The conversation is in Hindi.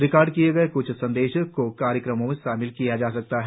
रिकॉर्ड किए गए क्छ संदेशों को कार्यक्रम में शामिल किया जा सकता है